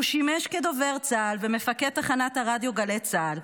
הוא שימש כדובר צה"ל ומפקד תחנת הרדיו גלי צה"ל.